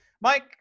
Mike